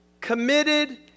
committed